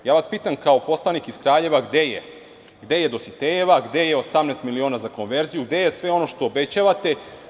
Pitam vas kao poslanik iz Kraljeva – gde je Dositejeva, gde je 18 miliona za konverziju, gde je sve ono što obećavate?